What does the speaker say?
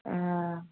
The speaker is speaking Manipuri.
ꯑꯥ